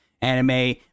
Anime